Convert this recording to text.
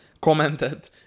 commented